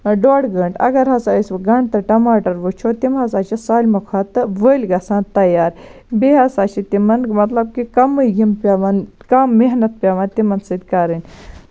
ڈۄڈ گٲنٹہٕ اَگر ہسا أسۍ وۄنۍ گنڈٕ تہٕ ٹَماٹر وٕچھو تِم ہسا چھِ سٲلمہٕ کھۄتہٕ ؤلۍ گژھان تَیار بیٚیہِ ہسا چھِ تِمن مطلب کہِ کَمٕے یِم پیوان کَم محنت پیوان تِمن سۭتۍ کَرٕنۍ